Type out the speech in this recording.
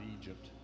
Egypt